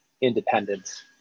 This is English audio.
independence